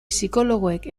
psikologoek